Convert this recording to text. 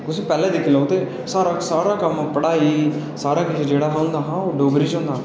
तुस पैह्ले दिक्खी लैओ तां सारा कम्म पढ़ाई लिखाई सारा किश जैह्डा हा ओह् डोगरी च होंदा हा